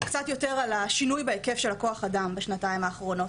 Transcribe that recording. קצת יותר על השינוי בהיקף של כוח האדם בשנתיים האחרונות.